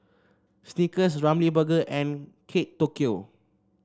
Snickers Ramly Burger and Kate Tokyo